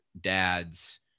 dads